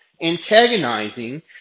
antagonizing